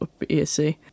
ESC